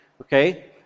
Okay